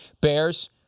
Bears